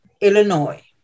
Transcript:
Illinois